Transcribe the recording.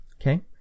Okay